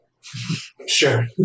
Sure